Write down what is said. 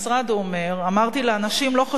"אמרתי לאנשים: לא חשוב למי הצבעתם,